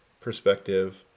perspective